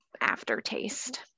aftertaste